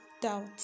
doubt